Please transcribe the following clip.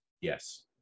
yes